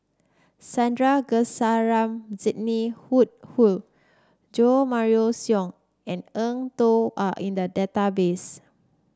Sandrasegaran Sidney Woodhull Jo Marion Seow and Eng Tow are in the database